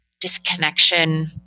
disconnection